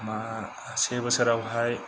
से बोसोराव हाय